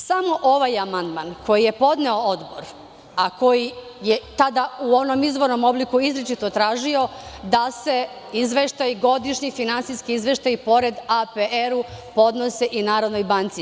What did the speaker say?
Samo ovaj amandman koji je podneo Odbor, a koji je tada u onom izvornom obliku izričito tražio da se izveštaj, godišnji finansijski izveštaj pored APR-u podnose i NBS.